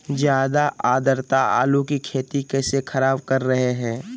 ज्यादा आद्रता आलू की खेती कैसे खराब कर रहे हैं?